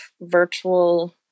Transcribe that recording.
virtual